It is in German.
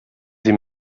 sie